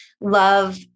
love